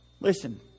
Listen